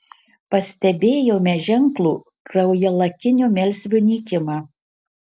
pastebėjome ženklų kraujalakinio melsvio nykimą